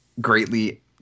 greatly